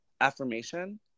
affirmation